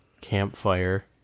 campfire